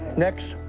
next.